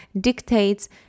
dictates